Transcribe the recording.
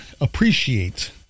appreciate